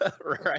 Right